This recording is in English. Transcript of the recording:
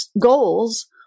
goals